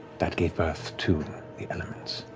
that gave birth to the elements,